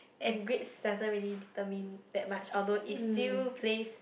and grades doesn't really determine that much although it still plays